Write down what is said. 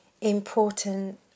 important